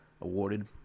awarded